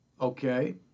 okay